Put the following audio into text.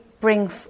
bring